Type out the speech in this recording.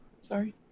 sorry